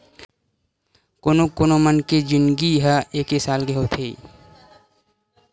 कोनो कोनो बन के जिनगी ह एके साल के होथे